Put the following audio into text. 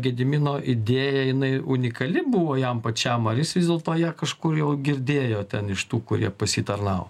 gedimino idėja jinai unikali buvo jam pačiam ar jis vis dėlto ją kažkur jau girdėjo ten iš tų kurie pas jį tarnavo